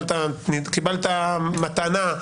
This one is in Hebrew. קיבלת מתנה.